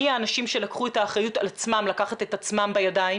מהאנשים שלקחו את האחריות על עצמם לקחת את עצמם בידיים,